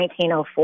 1904